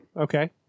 Okay